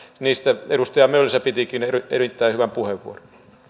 niistä edustaja mölsä pitikin erittäin hyvän puheenvuoron